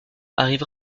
arrive